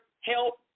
help